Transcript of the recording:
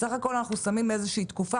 בסך הכל אנחנו שמים איזו שהיא תקופה